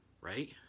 right